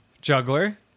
juggler